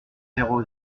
zéro